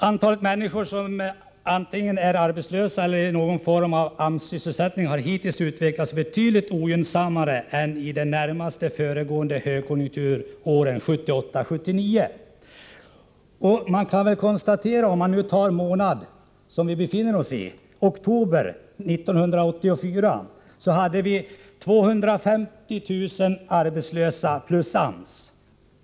Antalet människor som antingen är arbetslösa eller i någon form av AMS-sysselsättning har hittills utvecklats betydligt ogynnsammare än under de närmast föregående högkonjunkturåren 1978-1979. I oktober 1984, för att ta ett exempel, har vi 250 000 arbetslösa, inkl. dem som är föremål för AMS-åtgärder.